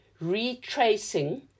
retracing